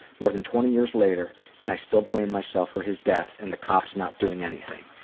more than twenty years later and i still blame myself for his death and the cops not doing anything.